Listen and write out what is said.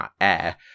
air